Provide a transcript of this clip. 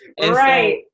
right